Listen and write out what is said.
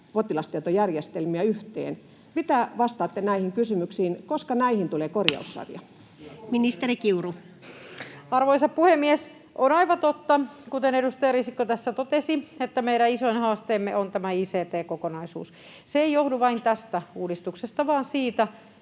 potilastietojärjestelmiä yhteen. Mitä vastaatte näihin kysymyksiin? Koska näihin tulee korjaussarja? [Aki Lindénin välihuuto] Ministeri Kiuru. Arvoisa puhemies! On aivan totta, kuten edustaja Risikko tässä totesi, että meidän isoin haasteemme on ict-kokonaisuus. Se ei johdu vain tästä uudistuksesta vaan myös siitä,